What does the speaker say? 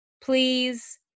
please